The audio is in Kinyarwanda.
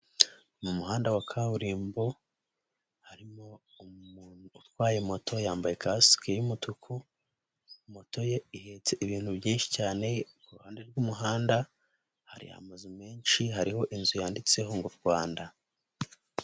Mu muhanda wa kaburimbo, harimo umuntu utwaye moto, yambaye ikasik'umutuku, moto ye ihetse ibintu byinshi cyane, kuruhande rw'umuhanda, hari amazu menshi hariho inzu yanditseho ngo ''Rwanda''.